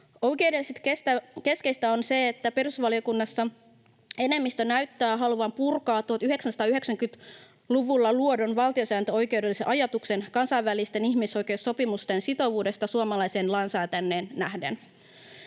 Oikeudellisesti keskeistä on se, että perustuslakivaliokunnassa enemmistö näyttää haluavan purkaa 1990-luvulla luodun valtiosääntöoikeudellisen ajatuksen kansainvälisten ihmisoikeussopimusten sitovuudesta suomalaiseen lainsäädäntöön nähden.